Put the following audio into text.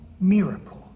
miracle